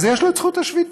אז יש לו זכות השביתה.